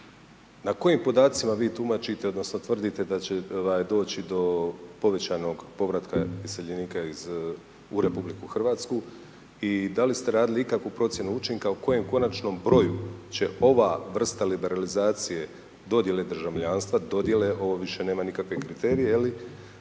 Na kojim podacima vi tumačite, odnosno tvrdite da će doći do povećanog povratka iseljenika u RH? I da li ste radili ikakvu procjenu učinka u kojem konačnom broju će ova vrsta liberalizacije, dodjele državljanstva, dodjele, ovo više nema nikakve kriterije po tom